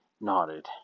nodded